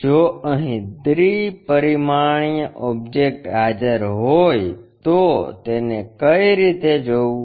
જો અહી દ્વી પરિમાણીય ઓબ્જેક્ટ હાજર હોય તો તેને કઈ રીતે જોવું